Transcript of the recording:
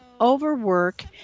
overwork